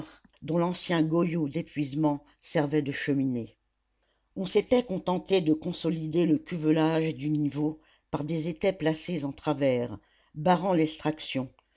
dont l'ancien goyot d'épuisement servait de cheminée on s'était contenté de consolider le cuvelage du niveau par des étais placés en travers barrant l'extraction